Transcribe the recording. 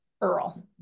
Earl